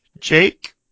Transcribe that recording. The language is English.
Jake